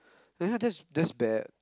yeah that's that's bad